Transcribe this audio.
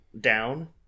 Down